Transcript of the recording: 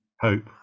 hope